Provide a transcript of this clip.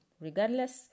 regardless